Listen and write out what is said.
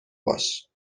باش